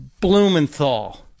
Blumenthal